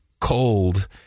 cold